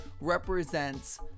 represents